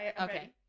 okay